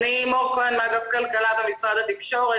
אני מור כהן מאגף כלכלה במשרד התקשורת.